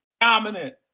dominant